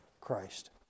Christ